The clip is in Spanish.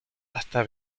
hasta